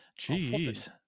Jeez